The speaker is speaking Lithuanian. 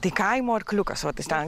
tai kaimo arkliukas vat jis ten